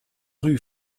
rue